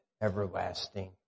Everlasting